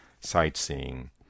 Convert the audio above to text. sightseeing